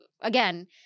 again